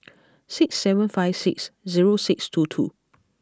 six seven five six zero six two two